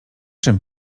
czym